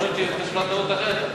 יכול להיות שנפלה טעות אחרת,